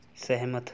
ਸਹਿਮਤ